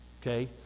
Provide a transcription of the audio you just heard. Okay